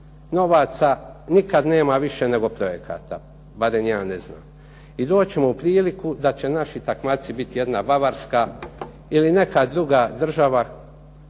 Novaca nikad nema više nego projekata barem ja ne znam. I doći ćemo u priliku da će naši takmaci biti jedna Bavarska ili neka druga država.